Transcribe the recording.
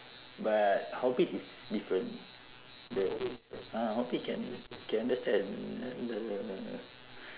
but hobbit is different the ah Hobbit can can understand the